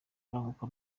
banguka